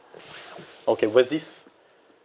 okay was this